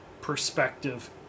perspective